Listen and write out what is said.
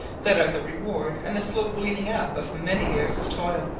that are the reward and the slow gleaning-up of many years of toil.